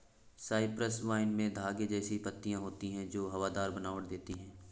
Cyprus vine में धागे जैसी पत्तियां होती हैं जो हवादार बनावट देती हैं